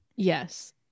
Yes